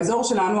באזור שלנו,